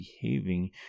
behaving